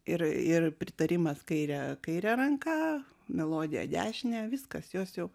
ir ir pritarimas kaire kaire ranka melodija dešine viskas jos jau